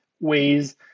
ways